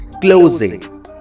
closing